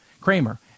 Kramer